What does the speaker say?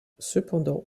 cependant